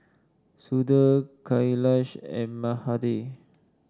Sudhir Kailash and Mahade